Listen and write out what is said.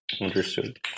Understood